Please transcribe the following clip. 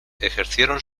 ejercieron